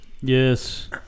Yes